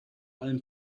allem